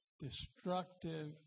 destructive